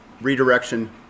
redirection